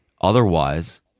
otherwise